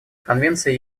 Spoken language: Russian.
конвенция